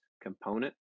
component